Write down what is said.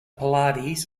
pilates